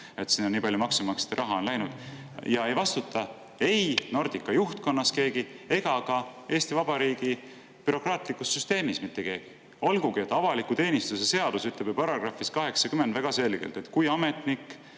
Siin on nii palju maksumaksjate raha läinud. Ja ei vastuta ei Nordica juhtkonnas ega ka Eesti Vabariigi bürokraatlikus süsteemis mitte keegi, olgugi et avaliku teenistuse seaduse § 80 ütleb ju väga selgelt, et kui ametnik